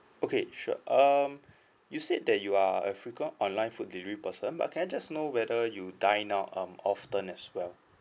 okay sure um you said that you are a frequent online food delivery person but can I just know whether you dine out um often as well